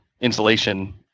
insulation